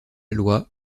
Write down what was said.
loi